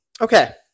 Okay